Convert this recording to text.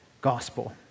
gospel